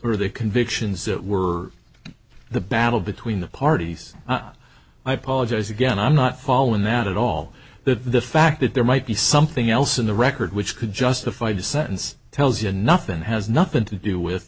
are the convictions that were the battle between the parties i apologize again i'm not following that at all the fact that there might be something else in the record which could justify just sentence tells you nothing has nothing to do with